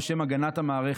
בשם הגנת המערכת.